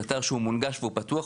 זה אתר מונגש ופתוח,